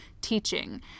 teaching